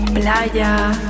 playa